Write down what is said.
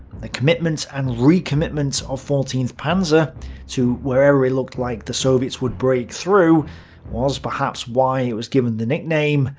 the commitment and recommitment of fourteenth panzer to wherever it looked like the soviets would break through was perhaps why it was given the nickname,